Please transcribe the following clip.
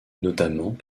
notamment